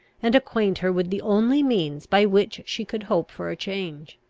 and acquaint her with the only means by which she could hope for a change.